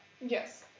Yes